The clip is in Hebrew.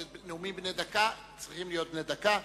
אלה נאומים בני דקה, צריכים להיות בני דקה.